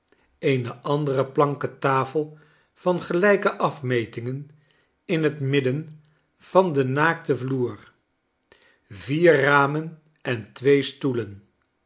eene andere planken tafel van gelijke afmetingen in het midden van den naakten vloer vier ramen en twee stoelen